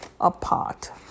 apart